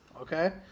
okay